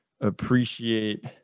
appreciate